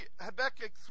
Habakkuk